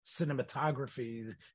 cinematography